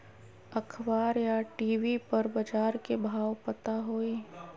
अखबार या टी.वी पर बजार के भाव पता होई?